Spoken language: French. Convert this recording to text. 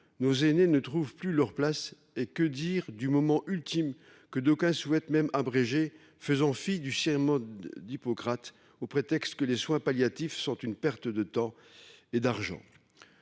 nos aînés ne trouvent plus leur place. Et que dire du moment ultime, que d’aucuns souhaitent même abréger, faisant fi du serment d’Hippocrate, sous prétexte que les soins palliatifs sont une perte de temps et d’argent